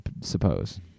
suppose